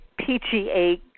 PGA